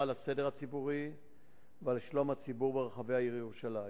על הסדר הציבורי ועל שלום הציבור ברחבי העיר ירושלים.